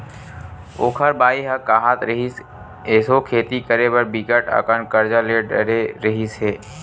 ओखर बाई ह काहत रिहिस, एसो खेती करे बर बिकट अकन करजा ले डरे रिहिस हे